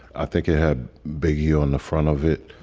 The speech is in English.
i think it had big you on the front of it.